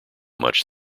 much